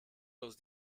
los